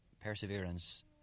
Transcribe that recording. Perseverance